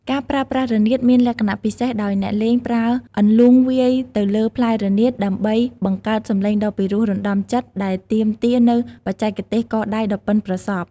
ការប្រើប្រាស់រនាតមានលក្ខណៈពិសេសដោយអ្នកលេងប្រើអន្លូងវាយទៅលើផ្លែរនាតដើម្បីបង្កើតសំឡេងដ៏ពីរោះរណ្ដំចិត្តដែលទាមទារនូវបច្ចេកទេសកដៃដ៏ប៉ិនប្រសប់។